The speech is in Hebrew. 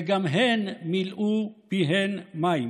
וגם הן מילאו פיהן מים.